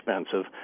expensive